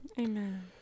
Amen